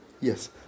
yes